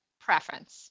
preference